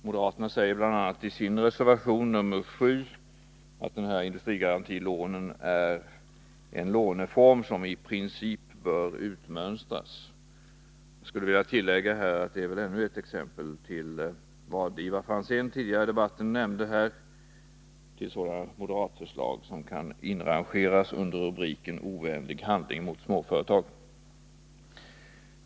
Moderaterna säger i sin reservation, nr 6, att industrigarantilånen är en stödform som i princip bör utmönstras. Jag skulle vilja tillägga att det är ännu ett exempel på något som Ivar Franzén tidigare i debatten nämnde: moderata förslag som kan inrangeras under rubriken ”ovänlig handling mot småföretag”.